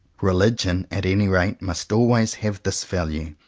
religion at any rate must always have this value,